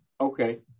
okay